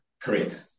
Correct